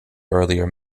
earlier